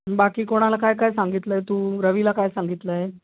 बाकी कोणाला काय काय सांगितलं आहे तू रवीला काय सांगितलं आहे